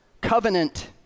covenant